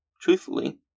Truthfully